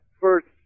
first